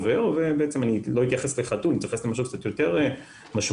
ואני לא אתייחס לחתול אלא למשהו קצת יותר משמעותי,